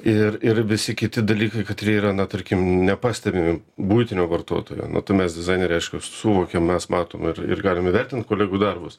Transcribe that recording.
ir visi kiti dalykai katrie yra na tarkim nepastebime buitinio vartotojo nu tai mes dizaineriai aišku suvokiam mes matom ir ir galim įvertint kolegų darbus